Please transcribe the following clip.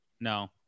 No